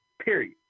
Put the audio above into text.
Period